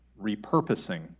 repurposing